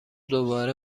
دوباره